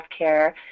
healthcare